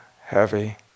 heavy